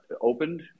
opened